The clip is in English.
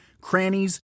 crannies